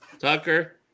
Tucker